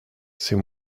c’est